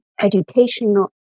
educational